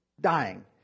dying